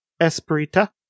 Esperita